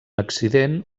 accident